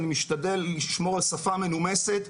אני משתדל לשמור על שפה מנומסת,